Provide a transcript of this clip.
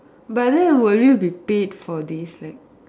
but then will you be paid for this like